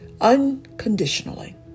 unconditionally